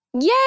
Yay